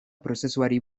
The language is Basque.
prozesuari